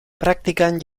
praktikan